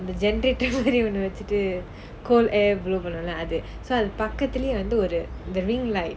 genrator மாறி ஒன்னு வெச்சிட்டு:maari onnu vechittu cold air blow பண்ணும்ல அது பக்கத்துலயே வந்து ஒரு:pannumla athu pakathulayae vanthu oru the ring like